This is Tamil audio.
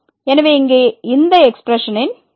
எனவே இங்கே இந்த எக்ஸ்பிரஷனின் என்ன